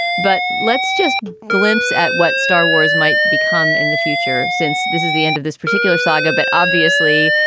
but let's just glimpse at what star wars might become in the future since this is the end of this particular saga. but obviously,